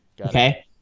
Okay